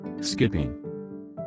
Skipping